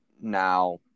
Now